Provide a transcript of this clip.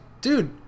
dude